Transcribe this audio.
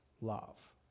love